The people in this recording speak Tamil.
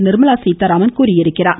நிர்மலா சீதாராமன் தெரிவித்திருக்கிறார்